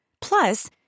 Plus